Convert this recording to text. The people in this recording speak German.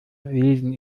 lesen